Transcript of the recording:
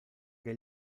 che